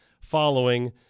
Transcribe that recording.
following